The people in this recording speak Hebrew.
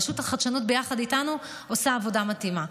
רשות החדשנות ביחד איתנו עושה עבודה מדהימה,